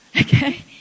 Okay